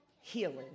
healing